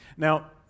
Now